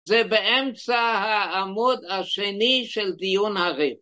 זה באמצע העמוד השני של דיון הריב.